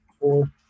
four